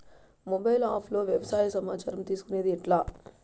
Mobile app లో వ్యవసాయ సమాచారం తీసుకొనేది ఎట్లా?